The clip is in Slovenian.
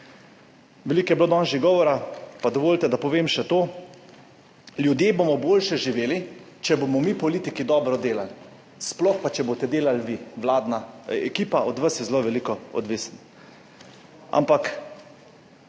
Veliko je bilo danes že govora, pa dovolite, da povem še to, ljudje bomo boljše živeli, če bomo mi politiki dobro delali, sploh pa, če boste delali vi, vladna ekipa, od vas je zelo veliko odvisno. Ampak